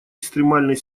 экстремальной